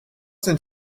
sind